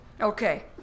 Okay